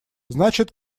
значит